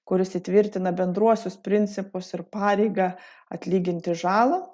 kuris įtvirtina bendruosius principus ir pareigą atlyginti žalą